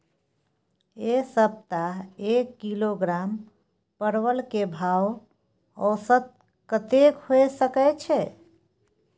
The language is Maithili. ऐ सप्ताह एक किलोग्राम परवल के भाव औसत कतेक होय सके छै?